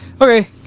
Okay